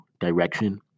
direction